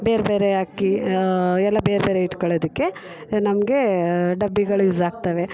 ಬೇರೆ ಬೇರೆ ಅಕ್ಕಿ ಎಲ್ಲ ಬೇರೆ ಬೇರೆ ಇಟ್ಕೊಳೋದಿಕ್ಕೆ ನಮಗೆ ಡಬ್ಬಿಗಳು ಯೂಸಾಗ್ತವೆ